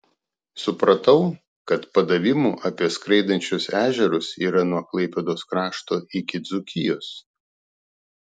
supratau kad padavimų apie skraidančius ežerus yra nuo klaipėdos krašto iki dzūkijos